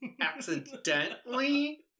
accidentally